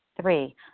Three